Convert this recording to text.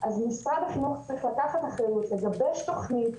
אז משרד החינוך צריך לקחת אחריות, לגבש תוכנית